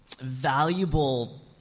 valuable